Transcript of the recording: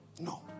No